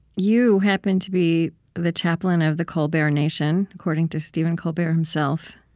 you happen to be the chaplain of the colbert nation, according to stephen colbert himself